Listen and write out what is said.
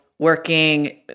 working